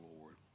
Lord